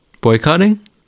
Boycotting